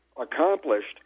accomplished